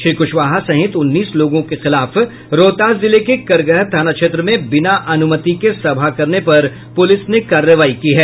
श्री कुशवाहा सहित उन्नीस लोगों के खिलाफ रोहतास जिले के करगहर थाना क्षेत्र में बिना अनुमति के सभा करने पर पुलिस ने कार्रवाई की है